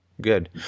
Good